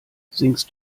singst